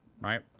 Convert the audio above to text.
right